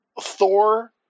Thor